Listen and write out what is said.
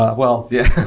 well, yeah.